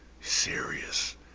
Serious